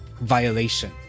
Violation